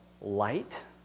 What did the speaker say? light